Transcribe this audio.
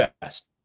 best